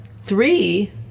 three